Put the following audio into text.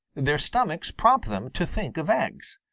their stomachs prompt them to think of eggs.